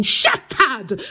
shattered